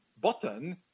button